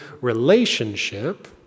relationship